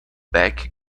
beck